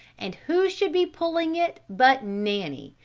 and who should be pulling it but nanny,